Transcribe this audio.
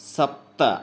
सप्त